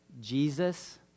Jesus